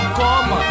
come